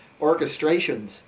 orchestrations